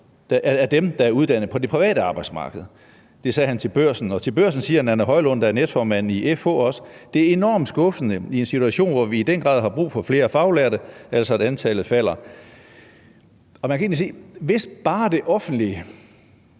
af dem, der er uddannet på det private arbejdsmarked.« Det sagde han til Børsen. Og også til Børsen siger Nanna Højlund, der er næstformand i FH, om, at antallet falder: »Det er enormt skuffende i en situation, hvor vi i den grad har brug for flere faglærte.« Man kan egentlig sige, at hvis bare det offentlige